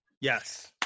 Yes